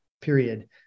period